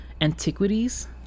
Antiquities